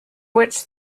which